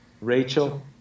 Rachel